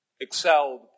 excelled